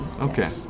okay